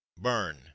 burn